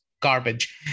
garbage